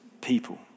people